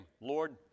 Lord